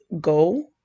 go